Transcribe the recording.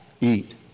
eat